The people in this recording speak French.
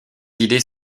idées